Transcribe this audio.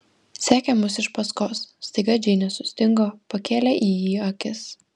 sekė mums iš paskos staiga džeinė sustingo pakėlė į jį akis